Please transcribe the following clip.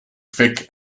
vic